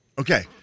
Okay